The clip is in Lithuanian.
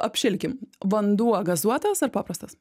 apšilkim vanduo gazuotas ar paprastas